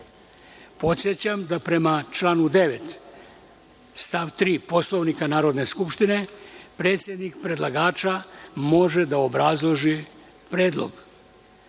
da, prema članu 9. stav 3. Poslovnika Narodne skupštine, predstavnik predlagača može da obrazloži predlog. Da